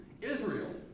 Israel